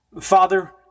Father